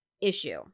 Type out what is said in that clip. issue